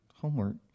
homework